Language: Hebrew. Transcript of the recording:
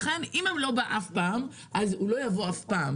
לכן, אם הוא לא בא, הוא לא יבוא אף פעם.